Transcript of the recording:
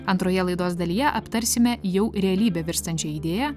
antroje laidos dalyje aptarsime jau realybe virstančią idėją